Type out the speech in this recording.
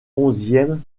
onzième